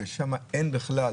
ששם אין בכלל